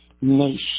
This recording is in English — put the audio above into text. nation